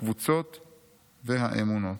הקבוצות והאמונות.